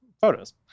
photos